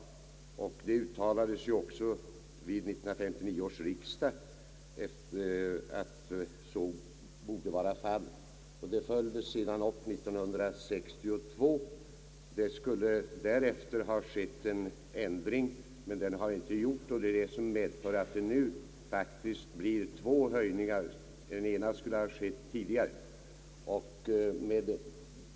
1959 års riksdag uttalade också att så borde vara fallet, och detta följdes sedan upp 1962. Det skulle därefter ha skett ytterligare en ändring, men den har inte gjorts, vilket medfört att det nu faktiskt på en gång blir två höjningar, av vilka den ena alltså skulle ha skett tidigare.